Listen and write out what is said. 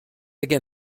again